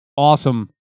Awesome